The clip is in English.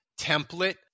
template